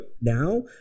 Now